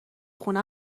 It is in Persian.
خونه